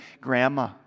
Grandma